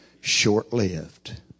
short-lived